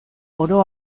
oro